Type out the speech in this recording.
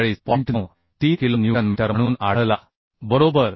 93 kilo newton metre म्हणून आढळला बरोबर